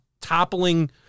toppling